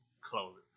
clothing